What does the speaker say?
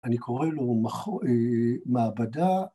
אני קורא לזה מח...א.. מעבדה